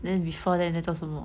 then before that 你在做什么